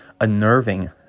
unnerving